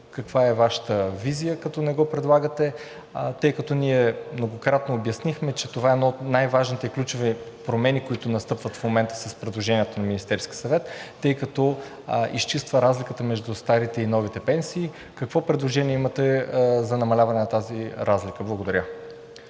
каква е Вашата визия, като не го предлагате? Ние многократно обяснихме, че това е една от най-важните ключови промени, които настъпват в момента с предложението на Министерския съвет, тъй като изчиства разликата между старите и новите пенсии. Какво предложение имате за намаляване на тази разлика? Благодаря.